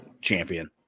champion